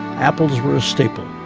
apples were staple.